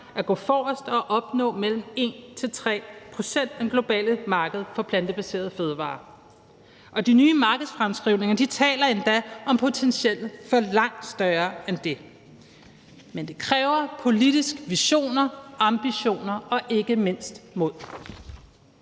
at gå forrest og opnå mellem 1-3 pct. af det globale marked for plantebaserede fødevarer. De nye markedsfremskrivninger taler endda om potentialer langt større end det, men det kræver politiske visioner, ambitioner og ikke mindst mod.